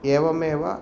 एवमेव